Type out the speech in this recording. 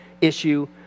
issue